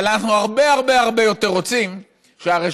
אבל אנחנו הרבה הרבה הרבה יותר רוצים שהרשות